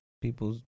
people's